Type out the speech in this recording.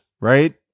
right